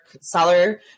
seller